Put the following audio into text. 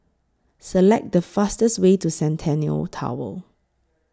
Select The fastest Way to Centennial Tower